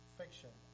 fiction